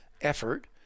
effort